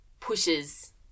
pushes